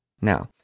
Now